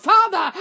Father